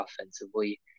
offensively